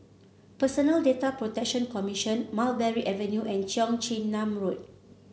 Personal Data Protection Commission Mulberry Avenue and Cheong Chin Nam Road